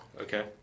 okay